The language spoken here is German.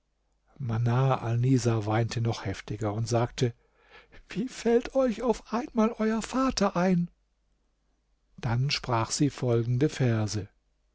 alnisa weinte noch heftiger und sagte wie fällt auch auf einmal euer vater ein dann sprach sie folgende verse